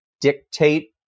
dictate